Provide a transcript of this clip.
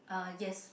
uh yes